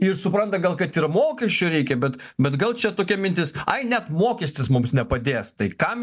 ir supranta gal kad ir mokesčių reikia bet bet gal čia tokia mintis net mokestis mums nepadės tai kam